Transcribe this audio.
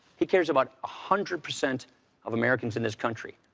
he cares about a hundred percent of americans in this country.